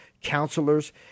counselors